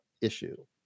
issue